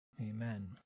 Amen